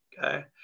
Okay